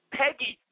peggy